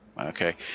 okay